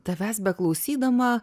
tavęs beklausydama